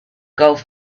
golf